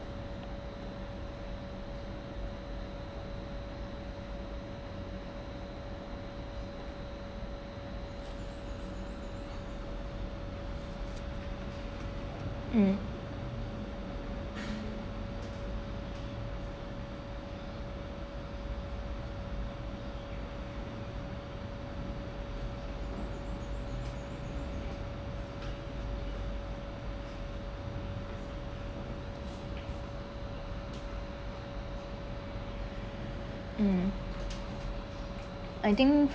um um I think